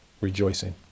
rejoicing